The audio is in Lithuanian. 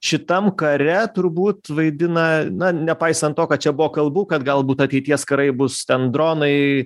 šitam kare turbūt vaidina na nepaisant to kad čia buvo kalbų kad galbūt ateities karai bus ten dronai